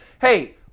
hey